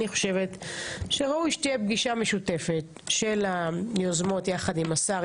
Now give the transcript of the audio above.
אני חושבת שראוי שתהיה פגישה משותפת של היוזמות יחד עם השר,